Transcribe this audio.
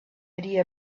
idea